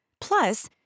Plus